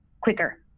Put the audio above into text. quicker